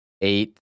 eight